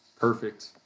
Perfect